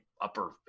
upper